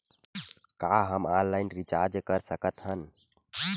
का हम online recharge कर सकत हन?